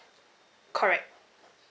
correct